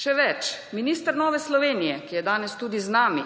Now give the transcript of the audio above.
Še več, minister Nove Slovenije, ki je danes tudi z nami,